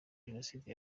jenoside